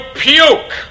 puke